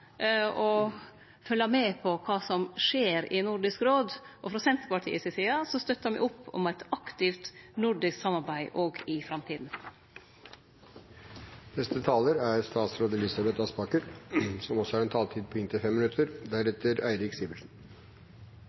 med på kva som skjer i Nordisk råd, og frå Senterpartiet si side støttar me opp om eit aktivt nordisk samarbeid òg i framtida. Når jeg i dag skal redegjøre for det nordiske samarbeidet i året som